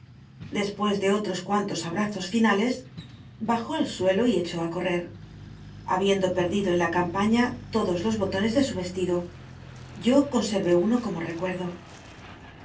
ues de otros cuantos abrazos finales bajó al suelo y echó á correr habiendo perdido en la campaíía lodos los botones de su vestido yo consctvé uno como rccuetdo